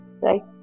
right